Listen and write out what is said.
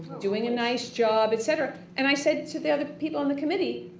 doing a nice job, et cetera. and i said to the other people in the committee,